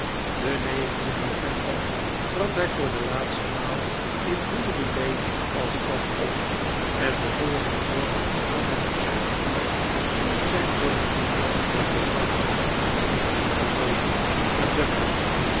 den den november trad hij voor de laatste maal in drury-lane als pan op en den volgenden morgen vertrok hij met zijne vrouw zonder zijn zoontje dat te zwak was om hem te volgen